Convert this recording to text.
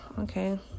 Okay